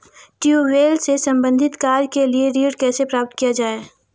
Tubewell से संबंधित कार्य के लिए ऋण कैसे प्राप्त किया जाए?